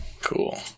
Cool